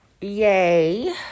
Yay